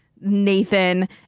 Nathan